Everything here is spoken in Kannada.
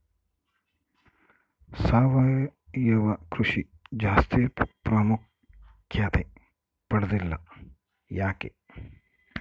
ಸಾವಯವ ಕೃಷಿ ಜಾಸ್ತಿ ಪ್ರಾಮುಖ್ಯತೆ ಪಡೆದಿಲ್ಲ ಯಾಕೆ?